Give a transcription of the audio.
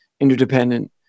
interdependent